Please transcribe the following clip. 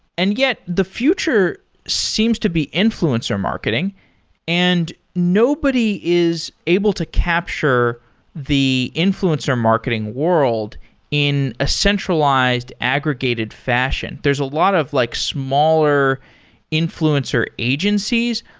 and yet the future seems to be influencer marketing and nobody is able to capture the influencer marketing world in a centralized aggregated fashion. fashion. there's a lot of like smaller influencer agencies,